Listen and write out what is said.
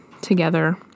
together